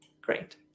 Great